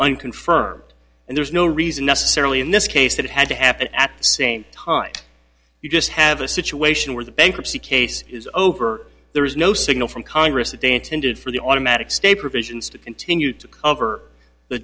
unconfirmed and there's no reason necessarily in this case that had to happen at same time you just have a situation where the bankruptcy case is over there is no signal from congress that danton did for the automatic stay provisions to continue to cover the